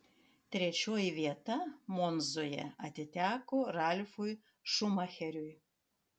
trečioji vieta monzoje atiteko ralfui šumacheriui